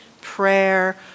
prayer